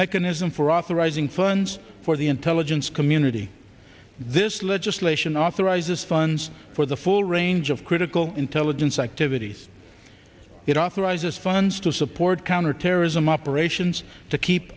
mechanism for authorizing funds for the intelligence community this legislation authorizes funds for the full range of critical intelligence activities it authorizes funds to support counterterrorism operations to keep